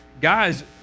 guys